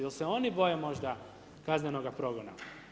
Jel' se oni boje možda kaznenoga progona.